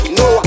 no